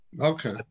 Okay